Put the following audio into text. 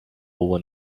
when